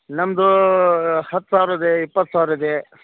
ನಮ್ದು ಹತ್ತು ಸಾವಿರ ಇದೆ ಇಪ್ಪತ್ತು ಸಾವಿರ ಇದೆ